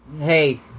Hey